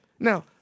Now